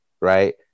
right